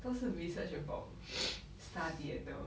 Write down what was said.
都是 research about star theatre